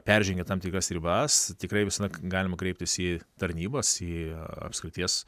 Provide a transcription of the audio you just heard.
peržengia tam tikras ribas tikrai visada galima kreiptis į tarnybas į apskrities